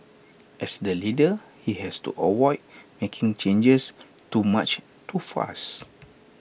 as the leader he has to avoid making changes too much too fast